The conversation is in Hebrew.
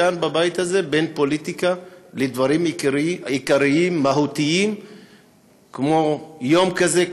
בבית הזה בין פוליטיקה לבין דברים עיקריים ומהותיים כמו יום כזה,